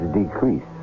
decrease